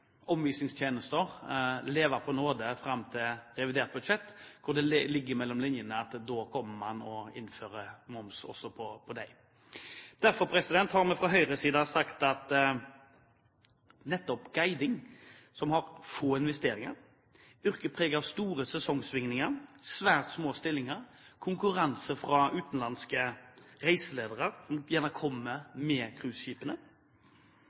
omvisningstjenester, leve på nåde fram til revidert budsjett, hvor man kan lese mellom linjene at man kommer til å innføre moms også på dem. Guiding har få investeringer og er et yrke preget av store sesongsvingninger, svært små stillinger og konkurranse fra utenlandske reiseledere, som